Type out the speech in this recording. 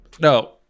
No